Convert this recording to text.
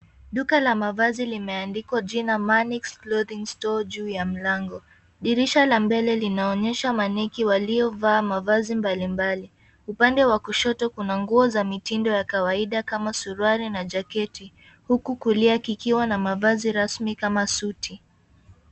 Duka la mavazi limeandikwa jina Manix clothing store juu ya mlango. Dirisha la mbele linaonyesha mannequin waliovaa mavazi mbali mbali. Upande wa kushoto kuna nguo za mitindo ya kawaida kama suruali na jacket huku kulia kikiwa na mavazi rasmi kama suti.